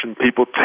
people